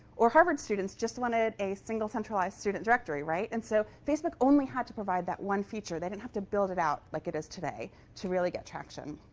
or harvard students just wanted a single, centralized student directory, right? and so facebook only had to provide that one feature. they didn't have to build it out like it is today to really get traction.